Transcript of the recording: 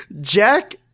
Jack